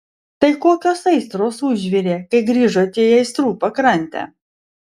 tai kokios aistros užvirė kai grįžote į aistrų pakrantę